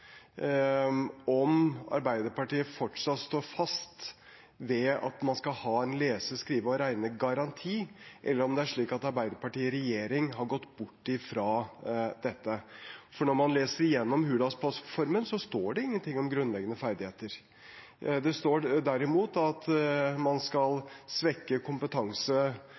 om hvorvidt Arbeiderpartiet fortsatt står fast ved at man skal ha en lese-, skrive- og regnegaranti, eller om det er slik at Arbeiderpartiet i regjering har gått bort fra dette. Når man leser gjennom Hurdalsplattformen, står det ingenting der om grunnleggende ferdigheter. Det står derimot at man skal svekke